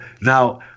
now